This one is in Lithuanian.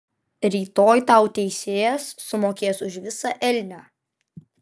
rytoj tau teisėjas sumokės už visą elnią